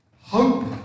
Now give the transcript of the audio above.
hope